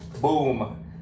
boom